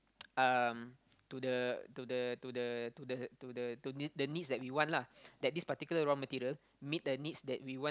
um to the to the to the to the to the to need the needs that we want lah that this particular raw material meet the needs that we want